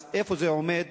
אז איפה זה עומד?